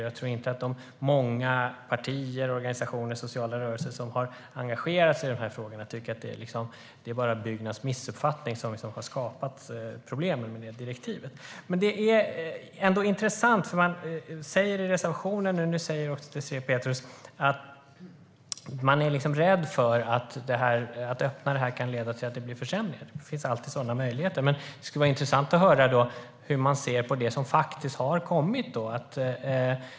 Jag tror inte att de många partier, organisationer och sociala rörelser som har engagerat sig i de här frågorna tycker att det bara är Byggnads missuppfattning som har skapat problemen med direktivet. Man säger i reservationen och nu säger också Désirée Pethrus att man rädd för att ett öppnande av det här kan leda till försämringar. Det finns alltid sådana risker, men det skulle vara intressant att höra hur man ser på det som faktiskt har kommit.